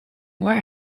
where